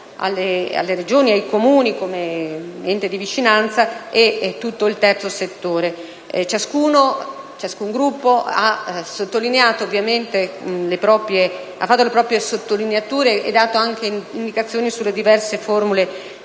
alle Regioni e ai Comuni, come enti di vicinanza, e tutto il terzo settore. Ciascun Gruppo ha ovviamente fatto le proprie sottolineature e ha dato anche indicazioni sulle diverse formule